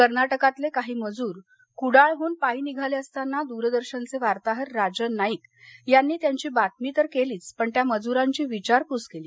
कर्नाटकातलक्रिही मजूर कुडाळडून पायी निघालक्रिसताना दूरदर्शनचक्रिताहर राजन नाईक यांनी त्याची बातमी कलीच पण त्या मजुरांची विचारपूस कली